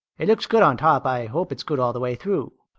it looks good on top. i hope it's good all the way through.